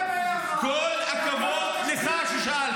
בוא נפנה ביחד --- כל הכבוד לך ששאלת.